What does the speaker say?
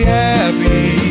happy